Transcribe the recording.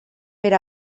per